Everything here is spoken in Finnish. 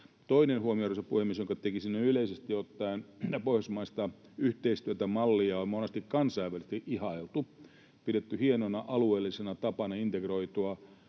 Toinen huomio, arvoisa puhemies, jonka tekisin näin yleisesti ottaen: Pohjoismaista yhteistyön mallia on monesti kansainvälisesti ihailtu ja pidetty hienona alueellisena tapana integroitua